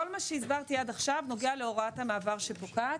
כל מה שהסברתי עד עכשיו נוגע להוראת המעבר שפוקעת.